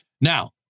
Now